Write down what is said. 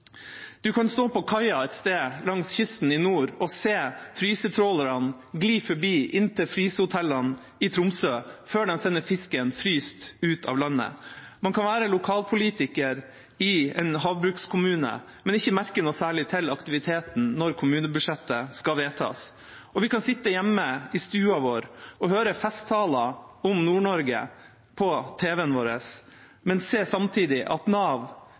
kan stå på kaia et sted langs kysten i nord og se frysetrålerne gli forbi inn til frysehotellene i Tromsø før de sender fisken fryst ut av landet. Man kan være lokalpolitiker i en havbrukskommune, men ikke merke noe særlig til aktiviteten når kommunebudsjettet skal vedtas, og vi kan sitte hjemme i stua vår og høre festtaler om Nord-Norge på tv-en vår, men samtidig se at Nav,